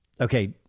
Okay